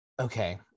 okay